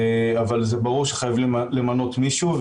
אבל זה ברור שחייבים למנות מישהו.